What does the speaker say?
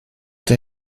der